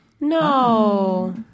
No